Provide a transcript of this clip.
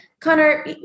Connor